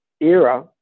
era